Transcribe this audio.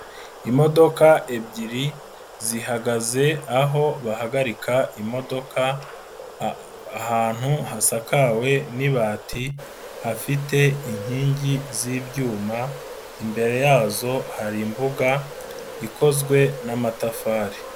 Imodoka ebyiri zihagaze aho bahagarika imodoka, ahantu hasakawe n'ibati hafite inkingi z'ibyuma, imbere yazo hari imbuga ikozwe n'amatafari.